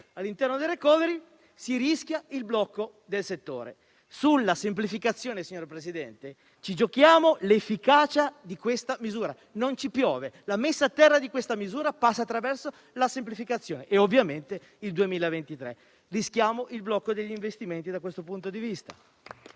inserire nel *recovery*, si rischia il blocco del settore. Sulla semplificazione ci giochiamo l'efficacia di questa misura. Non ci piove. La messa a terra di questa misura passa attraverso la semplificazione e ovviamente nel 2023 rischiamo il blocco degli investimenti da questo punto di vista.